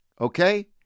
Okay